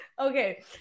Okay